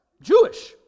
Jewish